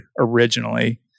originally